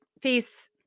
Peace